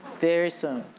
there so.